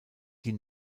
die